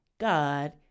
God